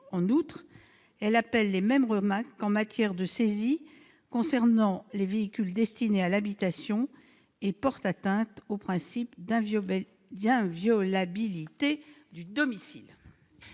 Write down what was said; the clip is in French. En outre, cette mesure appelle les mêmes remarques qu'en matière de saisie concernant les véhicules destinés à l'habitation et porte atteinte au principe d'inviolabilité du domicile.